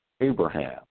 Abraham